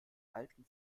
alten